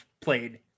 played